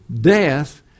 death